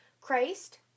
Christ